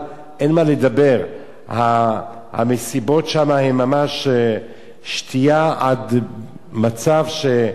המסיבות שם הן ממש שתייה עד מצב שמאבדים את הדעת.